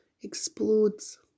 explodes